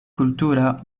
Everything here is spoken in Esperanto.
kultura